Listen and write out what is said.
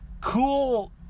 cool